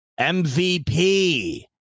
MVP